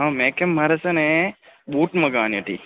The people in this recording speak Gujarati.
મેં કેવ મારે છે ને બૂટ મગાવાની હતી